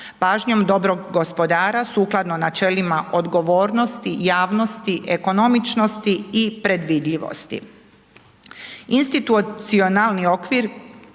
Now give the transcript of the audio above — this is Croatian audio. pažnjom dobrog gospodara sukladno načelima odgovornosti, javnosti, ekonomičnosti i predvidljivosti.